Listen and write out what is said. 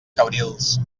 cabrils